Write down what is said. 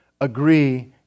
agree